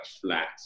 flat